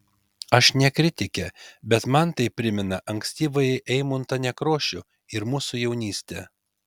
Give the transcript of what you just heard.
aš ne kritikė bet man tai primena ankstyvąjį eimuntą nekrošių ir mūsų jaunystę